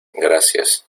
gracias